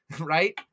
Right